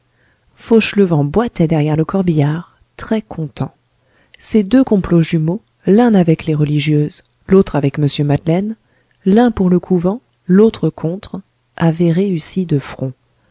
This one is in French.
fauchelevent boitait derrière le corbillard très content ses deux complots jumeaux l'un avec les religieuses l'autre avec mr madeleine l'un pour le couvent l'autre contre avaient réussi de front